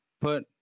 Put